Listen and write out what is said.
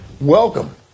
Welcome